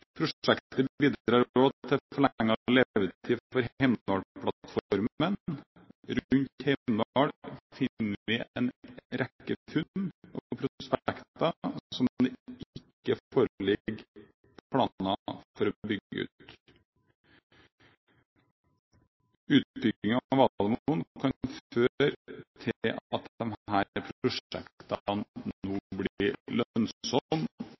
Prosjektet bidrar også til forlenget levetid for Heimdal-plattformen. Rundt Heimdal finner vi en rekke funn og prospekter som det ikke foreligger planer for å bygge ut. Utbyggingen av Valemon kan føre til at